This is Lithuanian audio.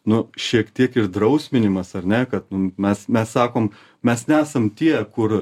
nu šiek tiek ir drausminimas ar ne kad mes mes sakom mes nesam tie kur